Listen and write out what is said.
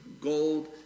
gold